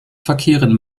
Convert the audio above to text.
verkehren